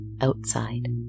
outside